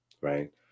right